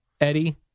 Eddie